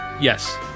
Yes